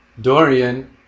dorian